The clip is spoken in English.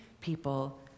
people